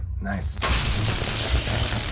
Nice